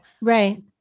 right